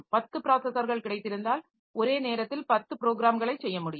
10 ப்ராஸஸர்கள் கிடைத்திருந்தால் ஒரே நேரத்தில் 10 ப்ரோக்ராம்களைச் செய்ய முடியும்